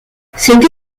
cette